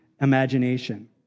imagination